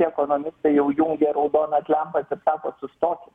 ekonomistai jau jungia raudonas lempas ir sako sustokim